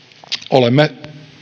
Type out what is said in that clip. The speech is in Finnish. olemme